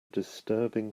disturbing